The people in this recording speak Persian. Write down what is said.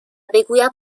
بگویم